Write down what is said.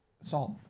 salt